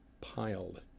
piled